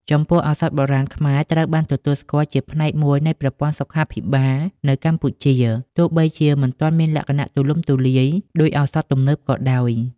ចំពោះ ឱសថបុរាណខ្មែរត្រូវបានទទួលស្គាល់ជាផ្នែកមួយនៃប្រព័ន្ធសុខាភិបាលនៅកម្ពុជា ទោះបីជាមិនទាន់មានលក្ខណៈទូលំទូលាយដូចឱសថទំនើបក៏ដោយ។